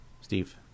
Steve